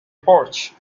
porch